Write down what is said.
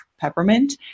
peppermint